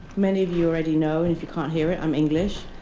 many of you already know, and if you can't hear it, i'm english.